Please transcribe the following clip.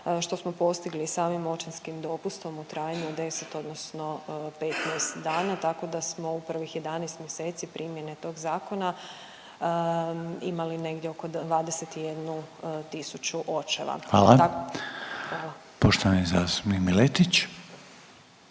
što smo postigli samim očinskim dopustom u trajanju od 10 odnosno 15 dana, tako da smo u prvih 11 mjeseci primjene tog zakona imali negdje oko 21 tisuću očeva. Hvala. **Reiner,